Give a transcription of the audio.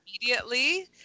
immediately